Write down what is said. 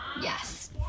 Yes